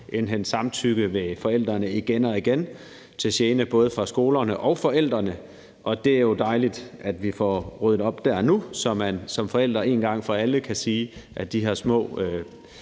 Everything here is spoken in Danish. indhente samtykke hos forældrene igen og igen til gene for både skolerne og forældrene. Det er jo dejligt, at vi får ryddet op der nu, så man som forældre en gang for alle kan sige, at tandlægen må